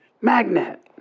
Magnet